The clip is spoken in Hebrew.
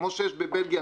כמו שיש בבלגיה.